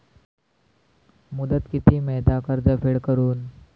मुदत किती मेळता कर्ज फेड करून?